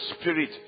spirit